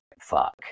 fuck